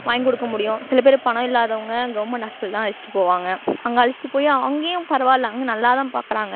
வாங்கி கொடுக்க முடியும் சில பேர் பணம் இல்லாதவங்க கவர்மெண்ட் ஹாஸ்பிட்டல் தான் அழைச்சிட்டு போவாங்க அங்கே அழைச்சிட்டு போய் அங்கேயும் பரவாயில்ல அங்கே நல்லா தான் பார்க்குறாங்க